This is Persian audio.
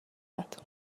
اید